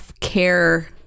care